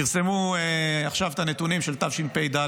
פרסמו עכשיו את הנתונים של תשפ"ד,